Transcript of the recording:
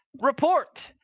report